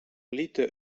lite